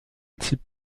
type